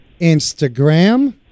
Instagram